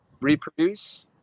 reproduce